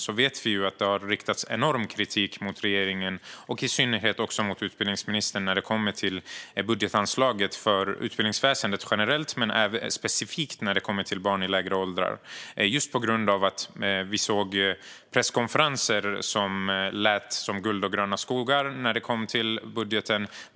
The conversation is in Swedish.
Vi vet att det har riktats enorm kritik mot regeringen och i synnerhet mot utbildningsministern när det gäller budgetanslaget för utbildningsväsendet generellt men specifikt när det gäller barn i lägre åldrar. Vi såg presskonferenser där det lät som att det skulle bli guld och gröna skogar när det kom till budgeten.